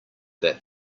that